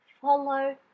follow